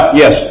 yes